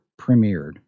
premiered